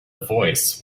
voice